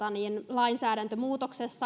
lainsäädäntömuutoksen